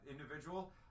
individual